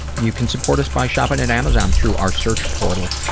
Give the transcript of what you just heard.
you can support us by shopping at amazon through our search portal.